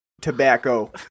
tobacco